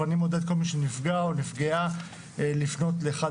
ואני מעודד את כל מי שנפגע או נפגעה לפנות לאחד